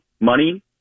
money